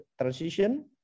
transition